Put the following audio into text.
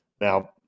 Now